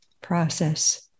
process